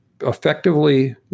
effectively